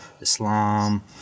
Islam